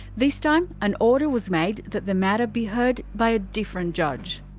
this time, an order was made that the matter be heard by a different judge.